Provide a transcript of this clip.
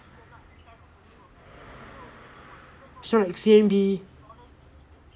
sure C_M_P